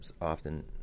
often